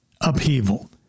upheaval